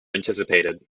anticipated